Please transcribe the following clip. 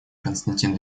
константин